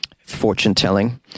fortune-telling